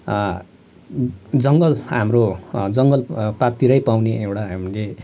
जङ्गल हाम्रो जङ्गल पाततिरै पाउने एउटा हामीले